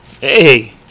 Hey